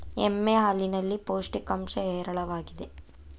ಎಮ್ಮೆ ಹಾಲಿನಲ್ಲಿ ಪೌಷ್ಟಿಕಾಂಶ ಹೇರಳವಾಗಿದೆ